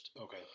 Okay